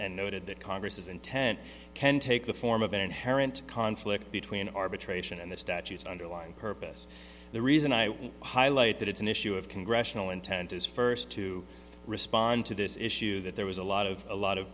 and noted that congress is intent can take the form of an inherent conflict between arbitration and the statutes underlying purpose the reason i highlight that it's an issue of congressional intent is first to respond to this issue that there was a lot of a lot of